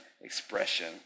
expression